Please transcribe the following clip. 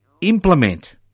implement